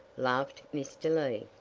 laughed mr. lee.